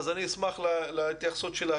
אז אני אשמח להתייחסות שלך,